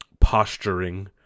posturing